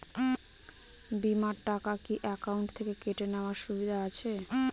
বিমার টাকা কি অ্যাকাউন্ট থেকে কেটে নেওয়ার সুবিধা আছে?